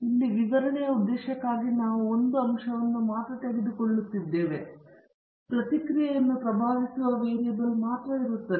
ಇಲ್ಲಿ ವಿವರಣೆ ಉದ್ದೇಶಕ್ಕಾಗಿ ನಾನು ಒಂದು ಅಂಶವನ್ನು ಮಾತ್ರ ತೆಗೆದುಕೊಳ್ಳುತ್ತಿದ್ದೇನೆ ಮತ್ತು ಪ್ರತಿಕ್ರಿಯೆಯನ್ನು ಪ್ರಭಾವಿಸುವ ವೇರಿಯಬಲ್ ಮಾತ್ರ ಇರುತ್ತದೆ